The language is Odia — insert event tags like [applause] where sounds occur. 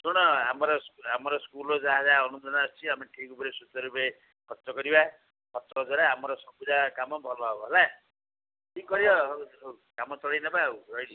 ଶୁଣ ଆମର ସ୍କୁଲ୍ ଆମର ସ୍କୁଲ୍ର ଯାହା ଯାହା ଅନୁଦାନ ଆସୁଛି ଆମେ ଠିକ୍ ରୂପେ ସୂଚାରୁରୂପେ ଖର୍ଚ୍ଚ କରିବା ଖର୍ଚ୍ଚ ଦ୍ୱାରା ଆମର ସବୁଯାକ କାମ ଭଲ ହେବ ହେଲା ଏତିକି କରିବା [unintelligible] କାମ ଚଳେଇନେବା ଆଉ ରହିଲି